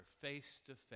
face-to-face